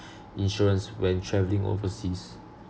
insurance when travelling overseas